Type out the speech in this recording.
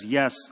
yes